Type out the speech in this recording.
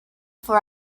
for